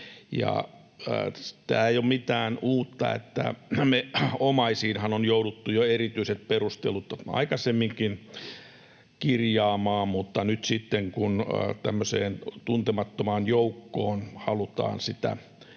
Tämä ei ole mitään uutta. Omaisiinhan on jouduttu erityiset perustelut jo aikaisemminkin kirjaamaan, mutta nyt sitten, kun tämmöiseen tuntemattomaan joukkoon sitä